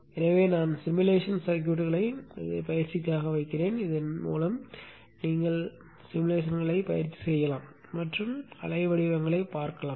எனவே நான் சிமுலேஷன் சர்க்யூட்களை பயிற்சிக்காக வைப்பேன் இதன் மூலம் நீங்கள் உருவகப்படுத்துதல்களைப் பயிற்சி செய்யலாம் மற்றும் அலை வடிவங்களைப் பார்க்கலாம்